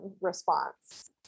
response